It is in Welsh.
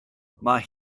mae